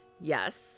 Yes